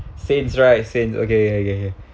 saints right saint okay okay okay